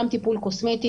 גם טיפול קוסמטי,